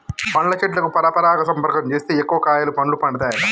పండ్ల చెట్లకు పరపరాగ సంపర్కం చేస్తే ఎక్కువ కాయలు పండ్లు పండుతాయట